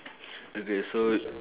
okay so